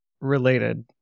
related